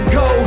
go